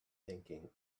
thinking